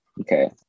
Okay